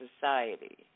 society